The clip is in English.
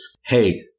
hey